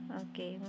okay